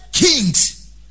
Kings